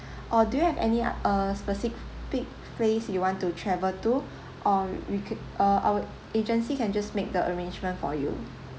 or do you have any uh specific place you want to travel to or we could uh our agency can just make the arrangement for you